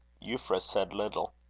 euphra said little.